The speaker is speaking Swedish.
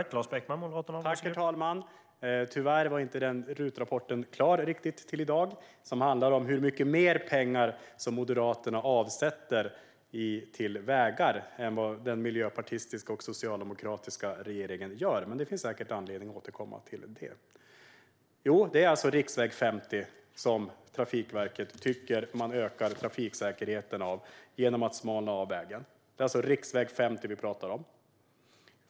Herr talman! Tyvärr var den Rutrapport klar till i dag som handlar om hur mycket mer pengar Moderaterna avsätter till vägar än vad den miljöpartistiska och socialdemokratiska regeringen gör. Det finns säkert anledning att återkomma till det. Det handlar som sagt om riksväg 50, där Trafikverket tycker att trafiksäkerheten höjs genom att man gör vägen smalare.